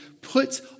puts